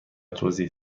توضیح